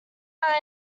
are